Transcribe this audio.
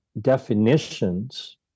definitions